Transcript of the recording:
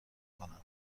کنم